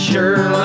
Sure